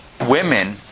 women